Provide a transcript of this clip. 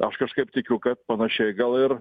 aš kažkaip tikiu kad panašiai gal ir